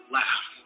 laugh